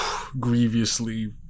grievously